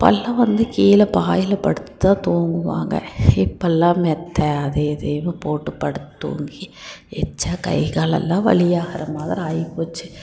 அப்போல்லாம் வந்து கீழே பாயில் படுத்து தான் தூங்குவாங்கள் இப்போல்லாம் மெத்தை அது இதுனு போட்டு படுத்து தூங்கி எழுந்ச்ச கை கால்லெல்லாம் வலியாகிற மாதிரி ஆகிப்போச்சி